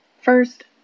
First